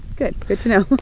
good good to know